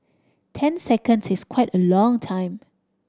ten seconds is quite a long time